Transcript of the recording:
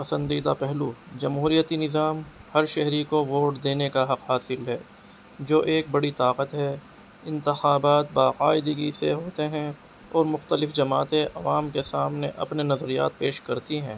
پسندیدہ پہلو جمہوریتی نظام ہر شہری کو ووٹ دینے کا حق حاصل ہے جو ایک بڑی طاقت ہے انتخابات باقاعدگی سے ہوتے ہیں اور مختلف جماعتیں عوام کے سامنے اپنے نظریات پیش کرتی ہیں